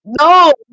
No